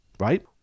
Right